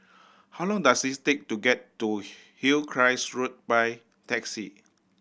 how long does it take to get to Hillcrest Road by taxi